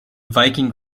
viking